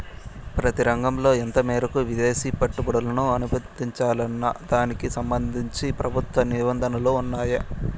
ప్రతి రంగంలో ఎంత మేరకు విదేశీ పెట్టుబడులను అనుమతించాలన్న దానికి సంబంధించి ప్రభుత్వ నిబంధనలు ఉన్నాయా?